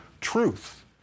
truth